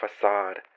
facade